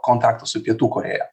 kontaktas su pietų korėja